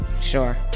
Sure